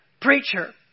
preacher